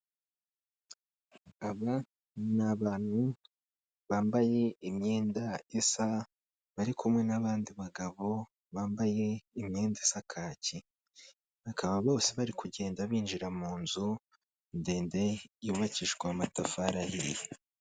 Aba n'abantu bambaye imyenda isa, bari kumwe n'abandi bagabo bambaye imyenda isa kaki, bakaba bose bari kugenda binjira mu nzu ndende yubakishwa amatafari.